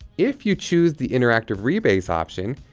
if you choose the interactive-rebase option,